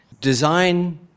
Design